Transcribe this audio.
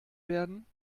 werden